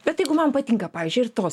bet jeigu man patinka pavyzdžiui ir tos